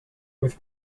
with